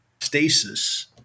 stasis